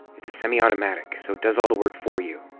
it's a semiautomatic, so it does all the work for you.